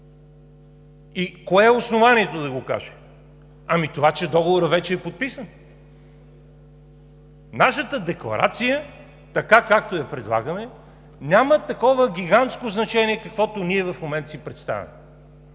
И кое е основанието да го каже? Ами това, че Договорът вече е подписан. Нашата декларация – така, както я предлагаме, няма такова гигантско значение, каквото ние в момента си представяме.